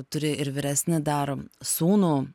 turi ir vyresnį dar sūnų